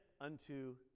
unto